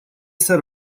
set